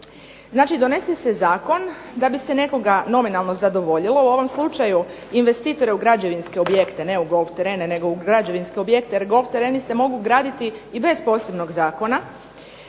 Znači donese se zakon da bi se nekoga nominalno zadovoljilo, u ovom slučaju investitore u građevinske objekte, ne u golf terene nego u građevinske objekte jer golf tereni se mogu graditi i bez posebnog zakona